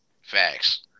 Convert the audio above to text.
Facts